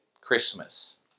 Christmas